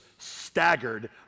staggered